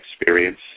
experience